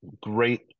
great